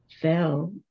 fell